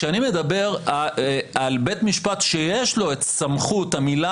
כשאני מדבר על בית משפט שיש לו את סמכות המילה